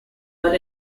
but